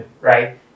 right